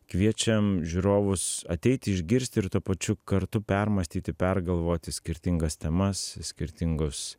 kviečiam žiūrovus ateiti išgirsti ir tuo pačiu kartu permąstyti pergalvoti skirtingas temas skirtingus